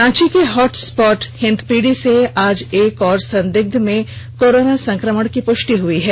रांची के hot spot Hindpiri से आज एक और संदिग्ध में कोरोना संक्रमण की पुष्टि हुई है